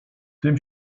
tym